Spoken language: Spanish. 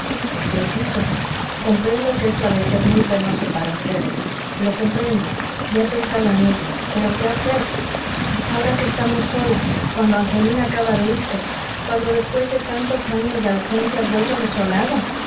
es preciso comprendo que esto ha de ser muy penoso para ustedes lo comprendo ya he pensado en ello pero qué hacer ahora que estamos solas cuando angelina acaba de irse cuando después de tantos años de ausencia has vuelto a nuestro lado